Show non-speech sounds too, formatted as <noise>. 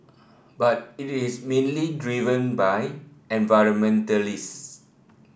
but it is mainly <unintelligible> by environmentalists